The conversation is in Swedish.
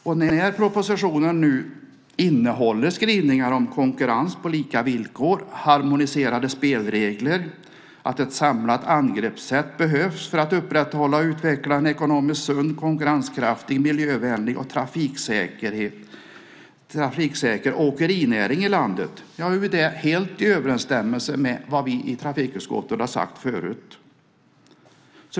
Den här propositionen innehåller skrivningar om konkurrens på lika villkor, harmoniserade spelregler, att ett samlat angreppssätt behövs för att upprätthålla och utveckla en ekonomiskt sund, konkurrenskraftig, miljövänlig och trafiksäker åkerinäring i landet. Det är helt i överensstämmelse med vad vi i trafikutskottet har sagt förut.